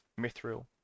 mithril